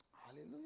Hallelujah